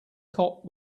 cop